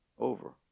over